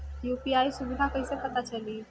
UPI सुबिधा कइसे पता चली?